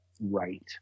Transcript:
right